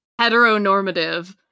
heteronormative